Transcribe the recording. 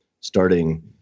starting